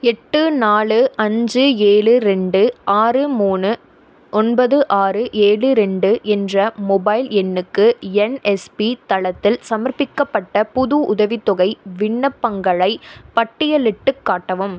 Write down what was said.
எட்டு நாலு அஞ்சு ஏழு ரெண்டு ஆறு மூணு ஒன்பது ஆறு ஏழு ரெண்டு என்ற மொபைல் எண்ணுக்கு என்எஸ்பி தளத்தில் சமர்ப்பிக்கப்பட்ட புது உதவித்தொகை விண்ணப்பங்களைப் பட்டியலிட்டுக் காட்டவும்